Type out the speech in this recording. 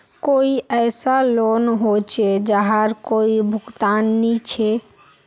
कोई ऐसा लोन होचे जहार कोई भुगतान नी छे?